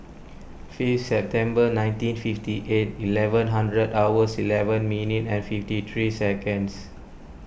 fifth September nineteen fifty eight eleven hundred hours eleven minute and fifty three seconds